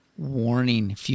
Warning